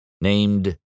named